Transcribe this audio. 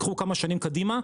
קחו כמה שנים קדימה,